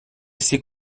всі